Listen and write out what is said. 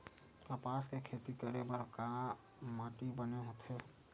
कपास के खेती करे बर का माटी बने होथे?